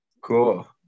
Cool